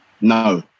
No